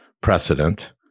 precedent